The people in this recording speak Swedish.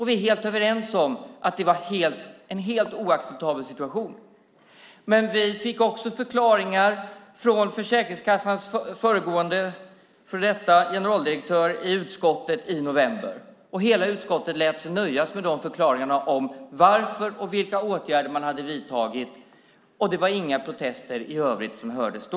Vi är helt överens om att det var en helt oacceptabel situation. Men vi fick också förklaringar från Försäkringskassans före detta generaldirektör i utskottet i november. Hela utskottet lät sig nöja med dessa förklaringar om varför och vilka åtgärder man hade vidtagit. I övrigt hördes inga protester då.